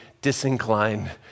disinclined